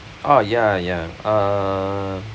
oh ya ya uh